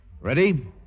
Ready